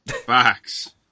Facts